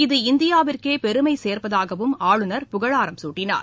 இது இந்தியாவிற்கே பெருமை சேர்ப்பதாகவும் ஆளுநர் புகழாரம் சூட்டினார்